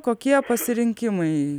kokie pasirinkimai